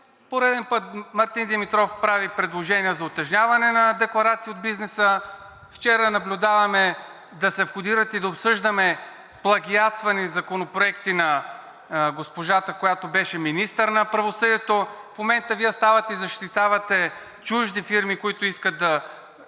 пореден път Мартин Димитров прави предложение за утежняване на декларации от бизнеса. Вчера наблюдаваме да се входират и да обсъждаме плагиатствани законопроекти на госпожата, която беше министър на правосъдието. В момента Вие ставате и защитавате чужди фирми, които искат да